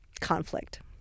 conflict